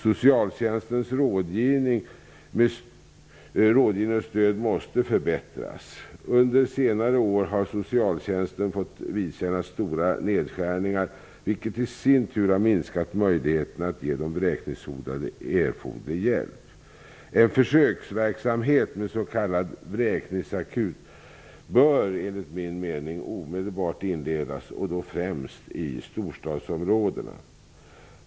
Socialtjänstens rådgivning och stöd måste förbättras. Under senare år har socialtjänsten fått vidkännas stora nedskärningar, vilket i sin tur har minskat möjligheterna att ge de vräkningshotade erforderlig hjälp. En försöksverksamhet med s.k. vräkningsakut bör enligt min mening omedelbart inledas och då främst i storstadsområdena.